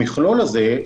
המכלול הזה,